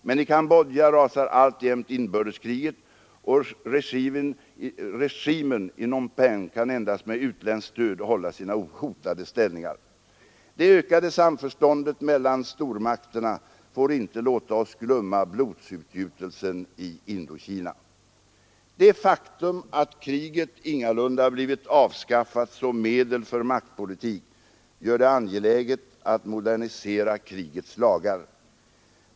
Men i Cambodja rasar alltjämt inbördeskriget, och regimen i Phnom Penh kan endast med utländskt stöd hålla sina hotade ställningar. Det ökade samförståndet mellan stormakterna får inte låta oss glömma blodsutgjutelsen i Indokina. Det faktum att kriget ingalunda blivit avskaffat som medel för maktpolitik gör det angeläget att modernisera krigets lagar.